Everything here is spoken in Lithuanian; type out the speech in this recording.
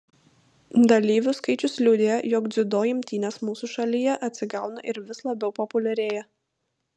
dalyvių skaičius liudija jog dziudo imtynės mūsų šalyje atsigauna ir vis labiau populiarėja